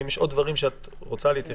ואם יש עוד דברים שאת רוצה להתייחס,